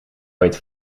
ooit